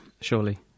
surely